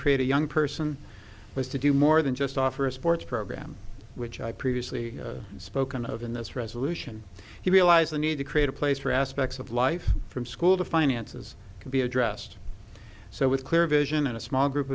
create a young person was to do more than just offer a sports program which i previously spoken of in this resolution he realized the need to create a place for aspects of life from school to finances can be addressed so with clear vision and a small group